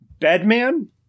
Bedman